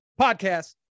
Podcast